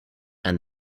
and